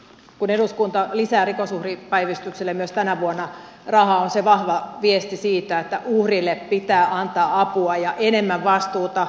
kun eduskunta lisää rikosuhripäivystykselle myös tänä vuonna rahaa on se vahva viesti siitä että uhrille pitää antaa apua ja enemmän vastuuta rikoksentekijöille